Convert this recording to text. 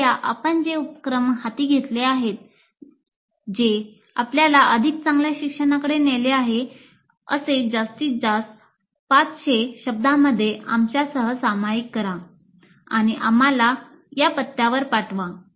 कृपया आपण जे उपक्रम हाती घेतले आहेत जे आपल्याला अधिक चांगल्या शिक्षणाकडे नेले आहे असे जास्तीत जास्त 500 शब्दांमध्ये आमच्यासह सामायिक करा आणि आम्हाला या पत्त्यावर पाठवा